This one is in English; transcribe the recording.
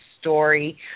story